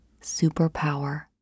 superpower